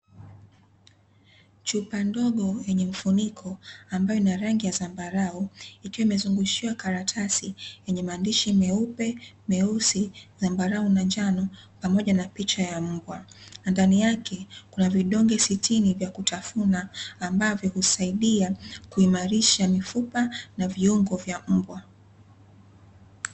Chupa ndogo yenye mfuniko ambayo ina rangi ya zambarau, ikiwa imezungushiwa karatasi yenye maandishi meupe, meusi, zambarau, na njano pamoja na picha ya mbwa. Na ndani yake kuna vidonge sitini vya kutafuna ambavyo husaidia kuimarisha mifupa na viungo vya mbwa.